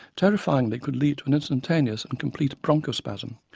terrifyingly could lead to an instantaneous and complete bronchospasm,